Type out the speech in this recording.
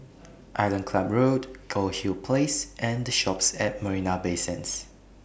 Island Club Road Goldhill Place and The Shoppes At Marina Bay Sands